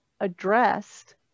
addressed